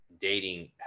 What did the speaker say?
dating